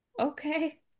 okay